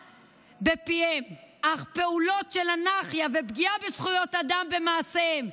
בפיהם אך פעולות של אנרכיה ופגיעה בזכויות אדם במעשיהם.